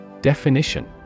Definition